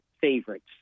favorites